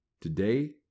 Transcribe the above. today